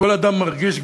כשכל אדם מרגיש,